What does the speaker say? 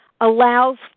allows